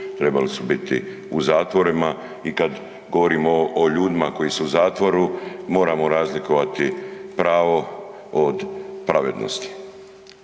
trebali su bili u zatvorima i kad govorimo o ljudima koji su u zatvoru, moramo razlikovati pravo od pravednosti